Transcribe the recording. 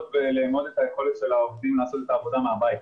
ולאמוד את היכולת של העובדים לעשות את העבודה מהבית,